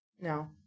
No